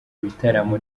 bitaramo